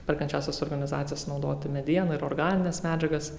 perkančiąsias organizacijas naudoti medieną ir organines medžiagas